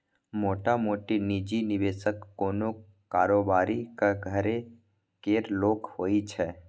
मोटामोटी निजी निबेशक कोनो कारोबारीक घरे केर लोक होइ छै